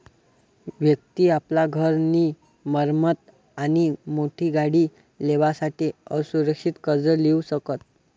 व्यक्ति आपला घर नी मरम्मत आणि मोठी गाडी लेवासाठे असुरक्षित कर्ज लीऊ शकस